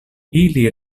ili